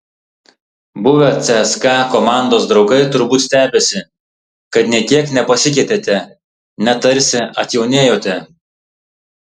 buvę cska komandos draugai turbūt stebisi kad nė kiek nepasikeitėte net tarsi atjaunėjote